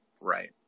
Right